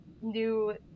new